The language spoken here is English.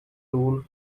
rule